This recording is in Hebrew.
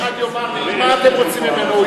ואם אחד יאמר לי: מה אתם רוצים ממנו?